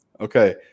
Okay